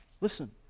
Listen